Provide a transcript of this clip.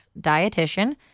dietitian